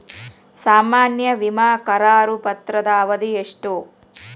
ಸಾಮಾನ್ಯ ವಿಮಾ ಕರಾರು ಪತ್ರದ ಅವಧಿ ಎಷ್ಟ?